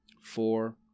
Four